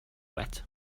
wet